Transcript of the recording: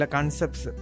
Concepts